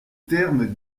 terme